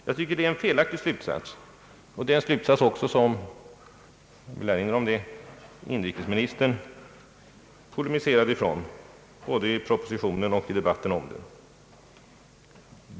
Jag tycker att det är en felaktig slutsats, och det är en slutsats som — jag vill erinra om det även inrikesministern polemiserar mot både i propositionen och i debatten om densamma.